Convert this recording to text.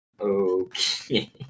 Okay